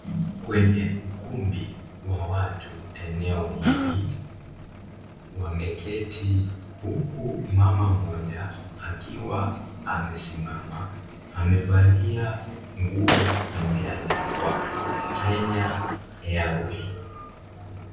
Kwenye ukumbi wa watu eneo hili, wameketi huku mama mmoja akiwa amesimama amevalia nguo imeandikwa Kenya Airways.